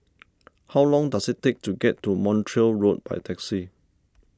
how long does it take to get to Montreal Road by taxi